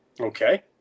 Okay